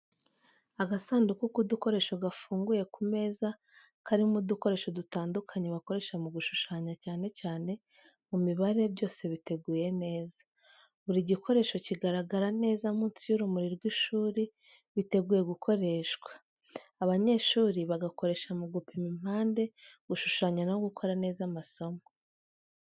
Agasanduku k’udukoresho gafunguye ku meza karimo udukoresho dutandukanye bakoresha mu gushushanya cyane cyane mu mibare, byose biteguye neza. Buri gikoresho kigaragara neza munsi y’urumuri rw’ishuri, biteguye gukoreshwa. Abanyeshuri bagakoresha mu gupima impande, gushushanya no gukora neza amasomo.